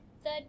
Third